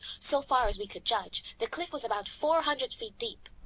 so far as we could judge, the cliff was about four hundred feet deep.